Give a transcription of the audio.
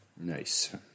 Nice